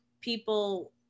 people